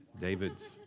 David's